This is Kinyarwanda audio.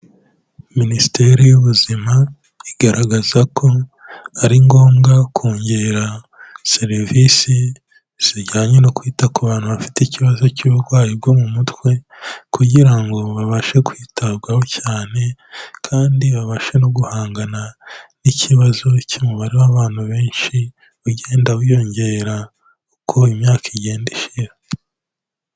Minisiteri y'Ubuzima igaragaza ko ari ngombwa kongera serivise zijyanye no kwita ku bantu bafite ikibazo cy'uburwayi bwo mu mutwe kugira ngo babashe kwitabwaho cyane kandi babashe no guhangana n'ikibazo cy'umubare w'abantu benshi ugenda wiyongera uko imyaka igenda ishira.